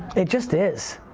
it just is,